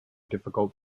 difficult